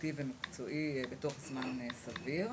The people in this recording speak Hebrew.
איכותי ומקצועי בתוך זמן סביר".